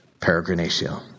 Peregrinatio